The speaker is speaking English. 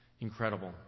Incredible